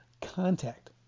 contact